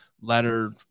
letter